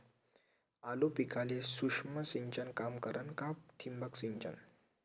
आलू पिकाले सूक्ष्म सिंचन काम करन का ठिबक सिंचन?